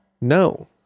no